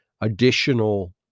additional